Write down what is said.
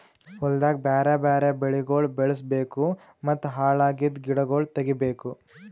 ಹೊಲ್ದಾಗ್ ಬ್ಯಾರೆ ಬ್ಯಾರೆ ಬೆಳಿಗೊಳ್ ಬೆಳುಸ್ ಬೇಕೂ ಮತ್ತ ಹಾಳ್ ಅಗಿದ್ ಗಿಡಗೊಳ್ ತೆಗಿಬೇಕು